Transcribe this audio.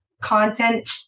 content